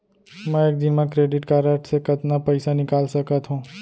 मैं एक दिन म क्रेडिट कारड से कतना पइसा निकाल सकत हो?